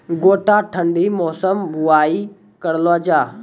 गोटा ठंडी मौसम बुवाई करऽ लो जा?